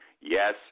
yes